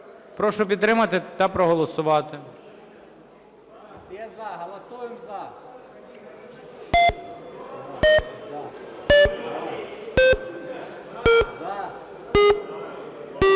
Прошу підтримати та проголосувати.